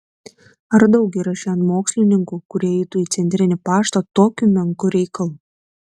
ar daug yra šiandien mokslininkų kurie eitų į centrinį paštą tokiu menku reikalu